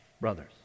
brothers